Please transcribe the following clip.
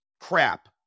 crap